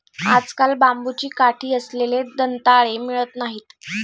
आजकाल बांबूची काठी असलेले दंताळे मिळत नाहीत